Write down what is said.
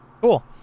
cool